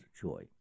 joy